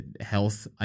health